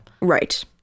Right